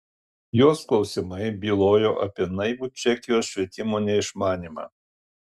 jos klausimai bylojo apie naivų čekijos švietimo neišmanymą